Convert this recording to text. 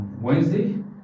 Wednesday